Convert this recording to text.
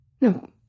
No